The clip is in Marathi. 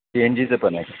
सी एन जीचं पण आहे